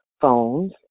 phones